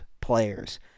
players